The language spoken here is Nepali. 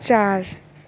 चार